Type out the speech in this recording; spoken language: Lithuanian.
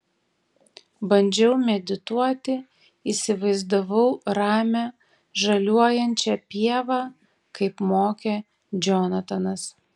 bandžiau medituoti įsivaizdavau ramią žaliuojančią pievą kaip mokė džonatanas